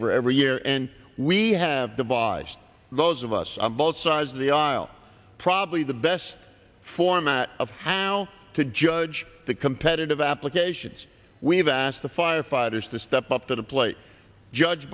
safer every year and we have devised those of us on both sides of the aisle probably the best format of how to judge the competitive applications we have asked the firefighters to step up to the plate judge